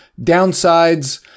downsides